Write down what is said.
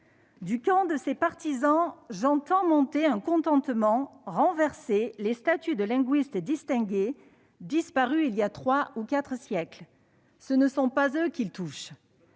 Du camp de ses partisans, j'entends monter le contentement de renverser les statues de linguistes distingués disparus il y a trois ou quatre siècles. Ce ne sont pas eux qu'ils touchent.